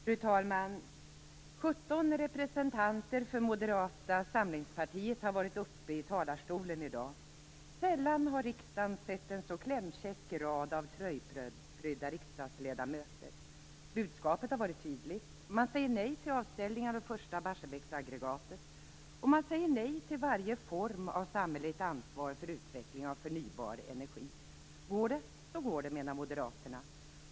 Fru talman! 17 representanter för Moderata samlingspartiet har varit uppe i talarstolen i dag. Sällan har riksdagen sett en så klämkäck rad av tröjprydda riksdagsledamöter. Budskapet har varit tydligt. Man säger nej till avställning av det första Barsebäcksaggregatet, och man säger nej till varje form av samhälleligt ansvar för utveckling av förnybar energi. Går det, så går det, menar Moderaterna.